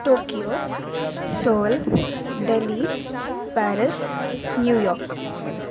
Tokyo Seoul Delhi Paris New York